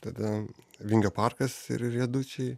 tada vingio parkas ir riedučiai